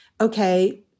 okay